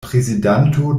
prezidanto